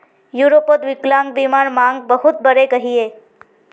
यूरोपोत विक्लान्ग्बीमार मांग बहुत बढ़े गहिये